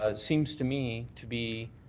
ah seems to me to be